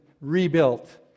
rebuilt